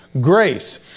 Grace